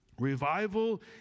Revival